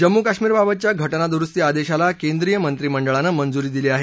जम्मू कशमीरबाबतच्या घटना दुरुस्ती आदेशाला केंद्रीय मंत्रिमंडळाने मंजुरी दिली आहे